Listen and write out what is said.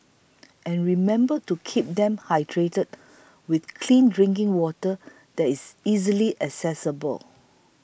and remember to keep them hydrated with clean drinking water there is easily accessible